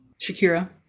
shakira